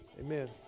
Amen